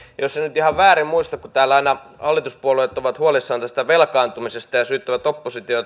jos en nyt ihan väärin muista kun täällä aina hallituspuolueet ovat huolissaan tästä velkaantumisesta ja syyttävät oppositiota